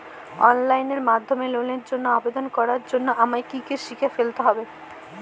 Online মাধ্যমে লোনের জন্য আবেদন করার জন্য আমায় কি কি শিখে ফেলতে হবে?